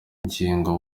ngingo